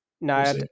No